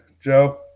Joe